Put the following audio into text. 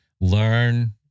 learn